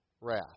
wrath